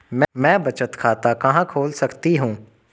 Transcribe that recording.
मैं बचत खाता कहां खोल सकती हूँ?